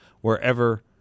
wherever